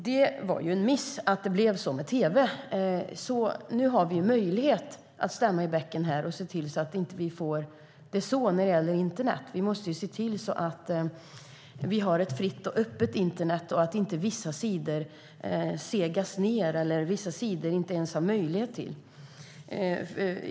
Det var en miss att det blev så med tv. Nu har vi möjlighet att stämma i bäcken och se till att det inte blir på samma sätt med internet. Vi måste se till att vi har ett fritt och öppet internet och att vissa sidor inte segas ned eller att vi inte ens har tillgång till vissa sidor.